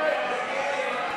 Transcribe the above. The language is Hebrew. ההסתייגויות